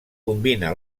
combina